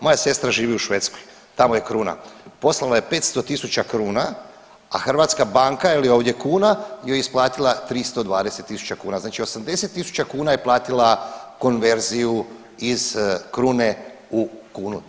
Moja sestra živi u Švedskoj, tamo je kruna, poslala je 500.000 kruna, a hrvatska banka jel je ovdje kuna joj je isplatila 320.000 kuna znači 80.000 kuna je platila konverziju iz krune u kunu.